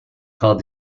called